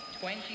twenty